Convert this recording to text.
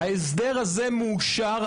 ההסדר הזה מאושר,